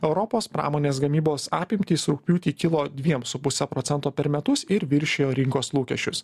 europos pramonės gamybos apimtys rugpjūtį kilo dviem su puse procento per metus ir viršijo rinkos lūkesčius